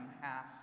half